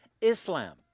Islam